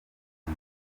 ngo